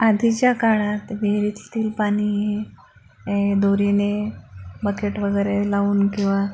आधीच्या काळात विहिरीतील पाणी हे दोरीने बकेट वगैरे लावून किंवा